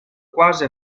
quasi